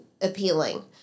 appealing